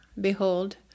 Behold